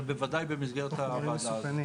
אבל בוודאי במסגרת הוועדה הזאת.